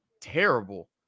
terrible